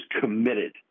committed